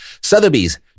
Sotheby's